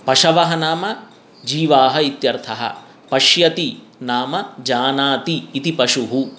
पशवः नाम जीवाः इत्यर्थः पश्यति नाम जानाति इति पशुः